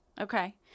Okay